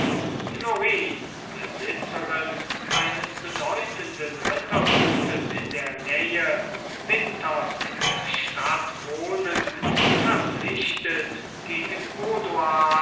florine besitzerin eines bedeutenden rittergutes in der nähe winters in der stadt wohnend verpflichtet gegen